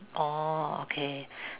orh okay